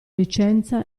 licenza